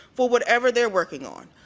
for whatever they're working on.